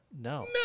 No